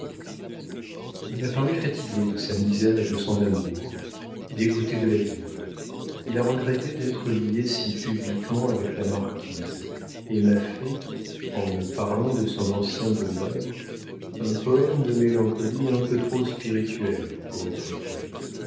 il a paru fatigué de sa misère et de son amour dégoûté de la vie il a regretté d'être lié si publiquement avec la marquise et m'a fait en me parlant de son ancien bonheur un poème de mélancolie un peu trop spirituel pour être vrai